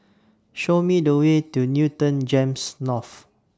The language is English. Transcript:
Show Me The Way to Newton Gems North